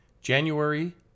January